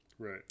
right